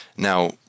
Now